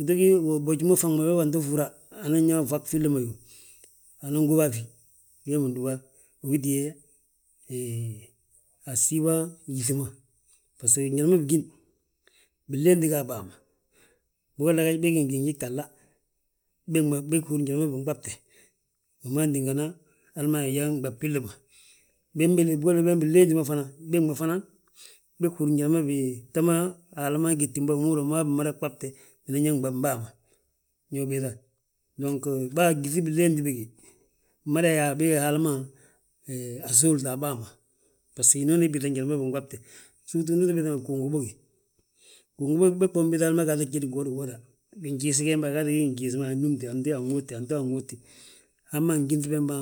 uto gí boji ma fan anto fúra anan yaa fwag filli ma yo, anan góba a fi, wee man dúba ugíte a hee a siifa gyíŧi ma. Baso njali ma bigini binlénti ga a bàa ma, bigolla gaaj bég gí ngi giinji gtahla, beg ma bég húri njali ma binɓabe. Wi man tíngana hal ma yaa nɓab billi ma, bembele, bilénti bembe fana beg ma fana, beg húri njal ta ma, Haala gédti bà, bihúri yaa mma bimada ɓabte, binan yaa nɓab bàa ma. Ño ubiiŧa bàa gyíŧi binléenti bége, mmada yaa beg Haala ma, hee asówlta a bàa ma. Baso hinooni he biiŧa njali ma binɓabte, sirtu ndi bibiiŧa mo guungi bogi, gungu bogi unbiiŧayi hal ma gaata wi jódi uwodi woda, gijisi gembe agata núm gijisi ma, annúmte anto anŋóote, antey anŋóote, antey anŋóote, hamma angíŧ bembe